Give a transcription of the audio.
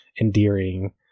endearing